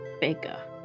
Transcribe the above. bigger